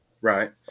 right